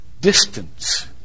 distance